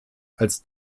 als